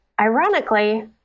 ironically